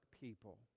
people